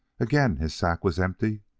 again his sack was empty,